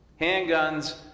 Handguns